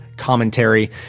Commentary